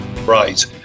Right